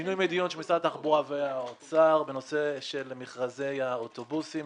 שינוי המדיניות של משרד התחבורה והאוצר בנושא של מכרזי האוטובוסים,